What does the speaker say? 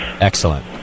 Excellent